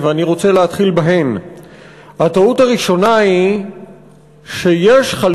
אבל אי-אפשר לכפות נישול שהוא גדול יותר מאשר ההפקעה שהייתה ביום